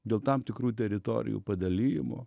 dėl tam tikrų teritorijų padalijimo